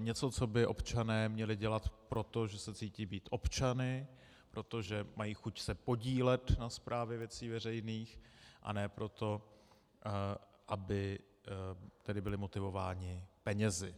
něco, co by občané měli dělat proto, že se cítí být občany, protože mají chuť se podílet na správě věcí veřejných, a ne proto, aby tedy byli motivováni penězi.